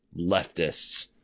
leftists